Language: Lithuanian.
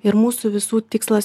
ir mūsų visų tikslas